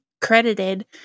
credited